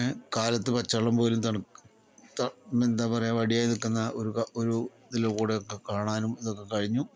ഏ കാലത്ത് പച്ചവെള്ളം പോലും തണുത്ത എന്താ പറയുക വടിയായി നിൽക്കുന്ന ഒരു ഒരു ഇതിലൂടെക്കെ കാണാനും ഇതൊക്കെ കഴിഞ്ഞു